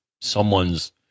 someone's